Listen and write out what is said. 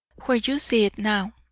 where you see it now.